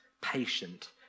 patient